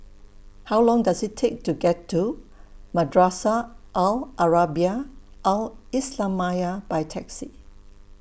How Long Does IT Take to get to Madrasah Al Arabiah Al Islamiah By Taxi